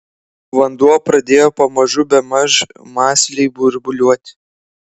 vanduo pradėjo pamažu bemaž mąsliai burbuliuoti